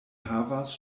havas